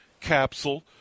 capsule